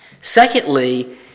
Secondly